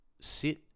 sit